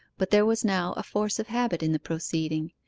but there was now a force of habit in the proceeding,